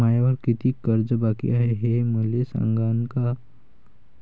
मायावर कितीक कर्ज बाकी हाय, हे मले सांगान का?